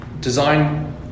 Design